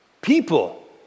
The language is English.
people